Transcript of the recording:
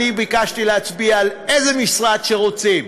אני ביקשתי להצביע על איזה משרד שרוצים: